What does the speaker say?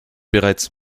bereits